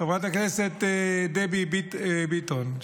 חברת הכנסת דבי ביטון,